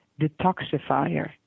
detoxifier